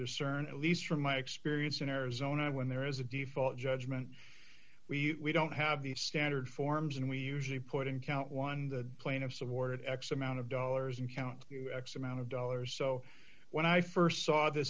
discern at least from my experience in arizona when there is a default judgment we don't have the standard forms and we usually put in count one the plane of supported x amount of dollars and count x amount of dollars so when i st saw the